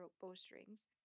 bowstrings